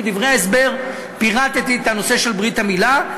בדברי ההסבר פירטתי את הנושא של ברית המילה.